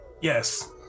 Yes